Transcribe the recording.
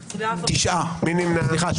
מי נמנע?